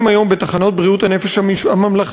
היום בתחנות בריאות הנפש הממלכתיות,